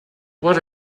what